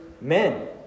men